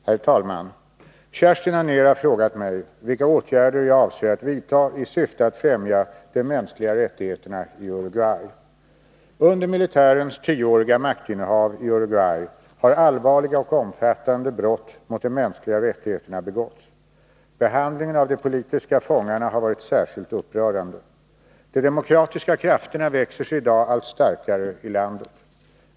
Herr talman! Kerstin Anér har frågat mig vilka åtgärder jag avser att vidta i syfte att främja de mänskliga rättigheterna i Uruguay. Under militärens tioåriga maktinnehav i Uruguay har allvarliga och omfattande brott mot de mänskliga rättigheterna begåtts. Behandlingen av de politiska fångarna har varit särskilt upprörande. De demokratiska krafterna växer sig i dag allt starkare i landet.